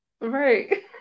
right